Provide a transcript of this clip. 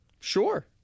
Sure